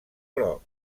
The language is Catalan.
groc